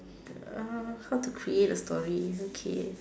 err how to create a story okay